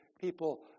people